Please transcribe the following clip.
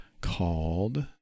called